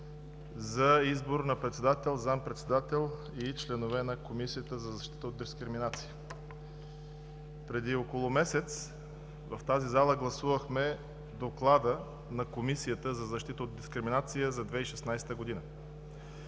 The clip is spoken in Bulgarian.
за избор на председател, заместник-председател и членове на Комисията за защита от дискриминация. Преди около месец в тази зала гласувахме Доклада на Комисията за защита от дискриминация за 2016 г.